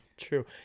true